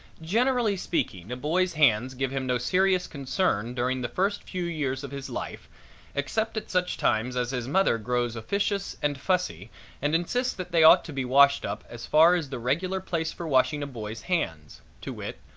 generally speaking a boy's hands give him no serious concern during the first few years of his life except at such times as his mother grows officious and fussy and insists that they ought to be washed up as far as the regular place for washing a boy's hands, to wit,